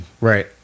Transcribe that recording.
Right